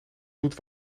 zoet